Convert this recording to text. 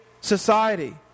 society